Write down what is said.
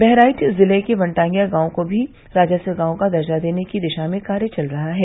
बहराइच जिले के वनटांगियां गांव को भी राजस्व गांव का दर्जा देने की दिशा में कार्य चल रहा है